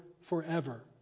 forever